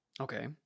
Okay